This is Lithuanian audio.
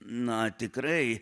na tikrai